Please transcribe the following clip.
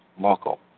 local